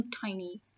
tiny